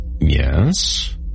Yes